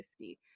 50